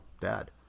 dad